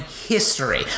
history